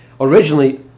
originally